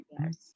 Yes